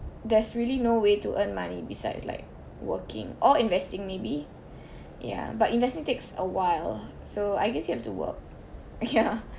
there's really no way to earn money besides like working or investing maybe ya but investing takes a while so I guess you have to work yeah